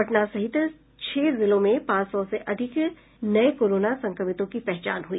पटना सहित छह जिलो में पांच सौ से अधिक नए कोरोना संक्रमितों की पहचान हुई